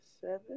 seven